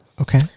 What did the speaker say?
Okay